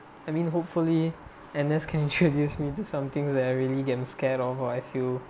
I mean hopefully and this can introduce me to something that I really damn scared of I feel